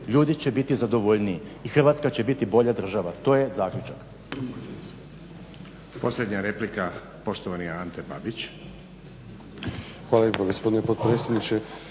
ljudi će biti zadovoljniji i Hrvatska će biti bolja država, to je zaključak.